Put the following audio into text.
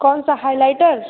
कौनसा हाईलाइटर